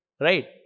Right